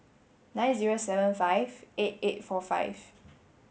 nine zero seven five eight eight four five